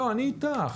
אני איתך.